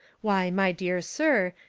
why, my dear sir,